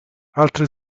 altre